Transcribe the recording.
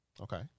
Okay